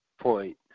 point